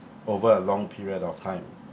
over a long period of time